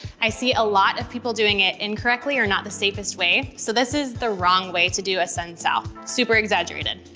i see a lot of people doing it incorrectly or not the safest way, so this is the wrong way to do a sun sal. super exaggerated.